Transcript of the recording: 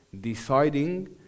deciding